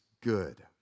good